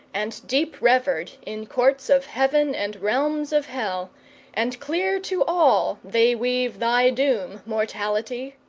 and deep-revered in courts of heaven and realms of hell and clear to all they weave thy doom, mortality!